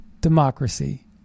democracy